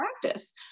practice